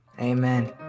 Amen